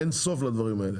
אין סוף לדברים האלה.